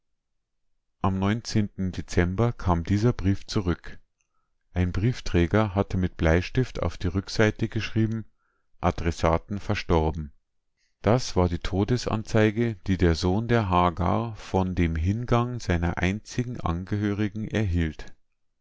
am dezember kam dieser brief zurück ein briefträger hatte mit bleistift auf die rückseite geschrieben adressaten verstorben das war die todesanzeige die der sohn der hagar von dem hingang seiner einzigen angehörigen erhielt